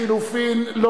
יש לחלופין.